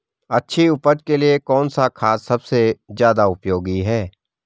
अच्छी उपज के लिए कौन सा खाद सबसे ज़्यादा उपयोगी है?